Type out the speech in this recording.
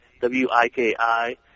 W-I-K-I